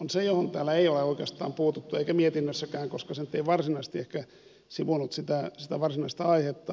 on se johon täällä ei ole oikeastaan puututtu eikä mietinnössäkään koska se nyt ei varsinaisesti ehkä sivunnut sitä varsinaista aihetta